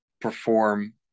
perform